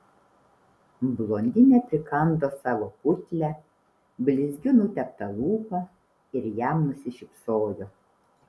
blondinė prikando savo putlią blizgiu nuteptą lūpą ir jam nusišypsojo